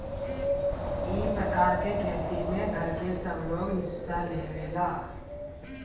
ई प्रकार के खेती में घर के सबलोग हिस्सा लेवेला